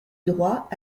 droit